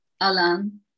alan